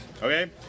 Okay